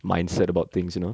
mindset about things you know